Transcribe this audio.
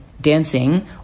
dancing